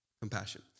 compassion